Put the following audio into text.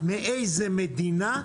מאיזה מדינה,